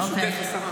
אוקיי.